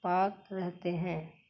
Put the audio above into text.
پاک رہتے ہیں